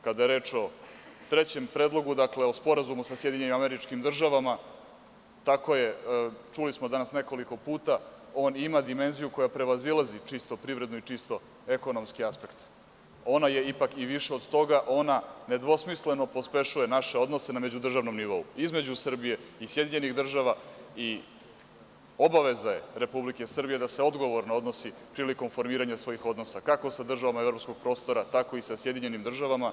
Kada je reč o trećem predlogu, o sporazumu sa SAD, čuli smo danas nekoliko puta, on ima dimenziju koja prevazilazi čisto privredni i čisto ekonomski aspekt i ona je ipak više od toga, ona nedvosmisleno pospešuje naše odnose na međudržavnom nivou, između Srbije i SAD, i obaveza je Republike Srbije da se odgovorno odnosi, prilikom formiranja svojih odnosa, kako sa državama evropskog prostora, tako i sa SAD.